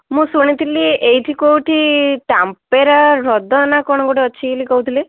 ମୁଁ ଶୁଣିଥିଲି ଏଇଠି କୋଉଠି ତାମ୍ପେରା ହ୍ରଦ ନା କଣ ଗୋଟେ ଅଛି ବୋଲି କହୁଥିଲେ